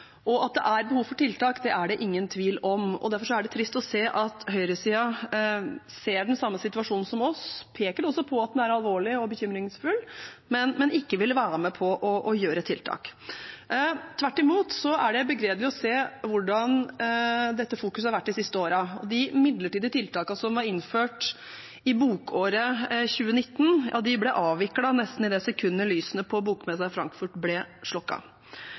seg. At det er behov for tiltak, er det ingen tvil om. Derfor er det trist å se at høyresiden ser den samme situasjonen som oss – de peker også på at den er alvorlig og bekymringsfull – men ikke vil være med på å innføre tiltak. Tvert imot er det begredelig å se hvordan dette fokuset har vært de siste årene. De midlertidige tiltakene som var innført i bokåret 2019, ble avviklet nesten i det sekundet lysene på bokmessen i Frankfurt ble